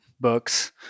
books